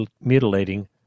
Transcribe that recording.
mutilating